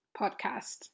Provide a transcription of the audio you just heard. podcast